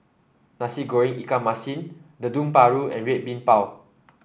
Nasi Goreng Ikan Masin Dendeng Paru and Red Bean Bao